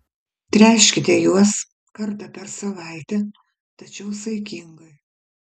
tręškite juos kartą per savaitę tačiau saikingai